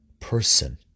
person